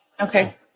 Okay